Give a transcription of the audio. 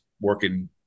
working